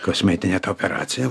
kosmetinė ta operacija